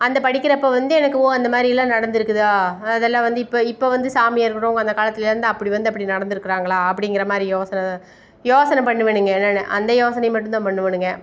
அந்த படிக்கிறப்போ வந்து எனக்கு ஓ அந்தமாதிரியெல்லாம் நடந்திருக்குதா அதெல்லாம் வந்து இப்போ இப்போ சாமியாக இருக்கட்டும் அந்த காலத்திலேருந்து அப்படி வந்து அப்படி நடந்திருக்குறாங்களா அப்படிங்கிற மாதிரி யோசனை யோசனை பண்ணுவேனுங்க நான் அந்த யோசனையை மட்டும்தான் பண்ணுவேனுங்க